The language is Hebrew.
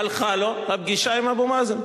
הלכה לו הפגישה עם אבו מאזן.